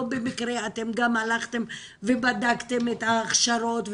במקרה אתם גם הלכתם ובדקתם את ההכשרות,